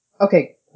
Okay